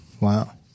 wow